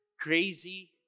Crazy